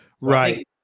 Right